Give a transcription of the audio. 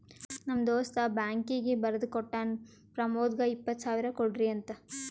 ನಮ್ ದೋಸ್ತ ಬ್ಯಾಂಕೀಗಿ ಬರ್ದಿ ಕೋಟ್ಟಾನ್ ಪ್ರಮೋದ್ಗ ಇಪ್ಪತ್ ಸಾವಿರ ಕೊಡ್ರಿ ಅಂತ್